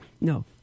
No